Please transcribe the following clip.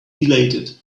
deleted